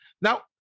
Now